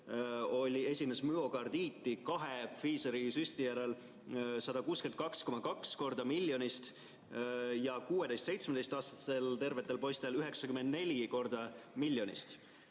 esines müokardiiti kahe Pfizeri süsti järel 162,2 korda miljonist ja 16–17‑aastastel tervetel poistel 94 korda miljonist.